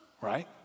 right